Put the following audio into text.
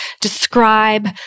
describe